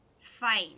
Fine